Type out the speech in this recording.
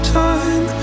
time